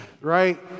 right